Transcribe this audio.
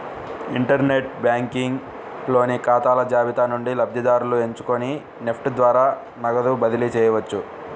inter net banking లోని ఖాతాల జాబితా నుండి లబ్ధిదారుని ఎంచుకొని నెఫ్ట్ ద్వారా నగదుని బదిలీ చేయవచ్చు